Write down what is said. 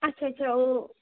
अच्छा अच्छा ओह्